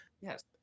Yes